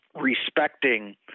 respecting